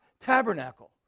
tabernacle